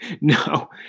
No